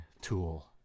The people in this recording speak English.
tool